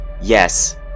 yes